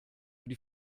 die